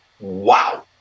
wow